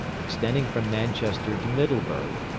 extending from manchester to middleburg,